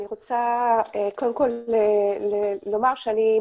אני מבקשת לשמוע את הגב' חגית גליקמן,